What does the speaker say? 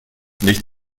nicht